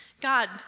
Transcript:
God